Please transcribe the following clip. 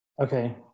Okay